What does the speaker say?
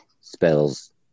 spells